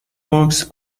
works